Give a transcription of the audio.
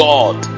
God